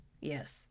Yes